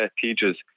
teachers